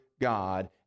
God